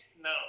No